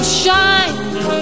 shine